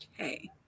Okay